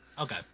Okay